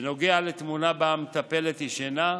בנוגע לתמונה שבה המטפלת ישנה,